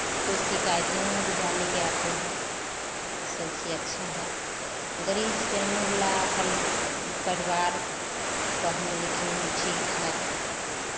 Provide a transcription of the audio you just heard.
कोई शिकायत नहीं विद्यालय की आते है सब चीज़ अच्छा है गरीब से अमीर ला हर परिवार पढ़ने लिखने में ठीक है